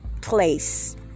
place